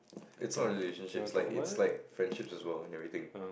it's not relationships it's like it's like friendships as well and everything